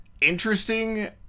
interesting